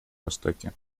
востоке